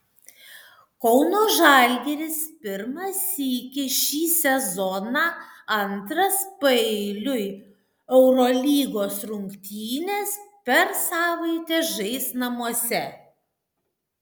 kauno žalgiris pirmą sykį šį sezoną antras paeiliui eurolygos rungtynes per savaitę žais namuose